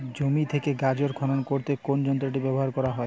জমি থেকে গাজর খনন করতে কোন যন্ত্রটি ব্যবহার করা হয়?